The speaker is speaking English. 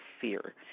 fear